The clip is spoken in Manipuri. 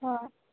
ꯍꯣꯏ